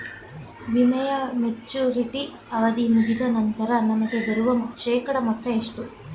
ವಿಮೆಯ ಮೆಚುರಿಟಿ ಅವಧಿ ಮುಗಿದ ನಂತರ ನಮಗೆ ಬರುವ ಶೇಕಡಾ ಮೊತ್ತ ಎಷ್ಟು?